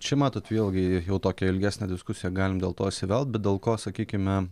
čia matot vėlgi jau tokią ilgesnę diskusiją galim dėl to įsivelt bet dėl ko sakykime